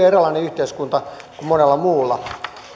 hyvin erilainen yhteiskunta kuin monella muulla